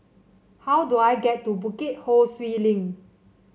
how do I get to Bukit Ho Swee Link